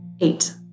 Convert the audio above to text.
Eight